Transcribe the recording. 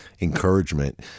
encouragement